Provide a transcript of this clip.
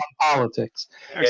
politics